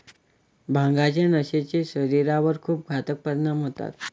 भांगाच्या नशेचे शरीरावर खूप घातक परिणाम होतात